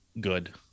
good